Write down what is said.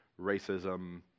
racism